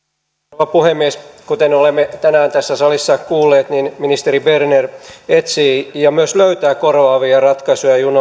rouva puhemies kuten olemme tänään tässä salissa kuulleet ministeri berner etsii ja myös löytää korvaavia ratkaisuja